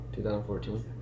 2014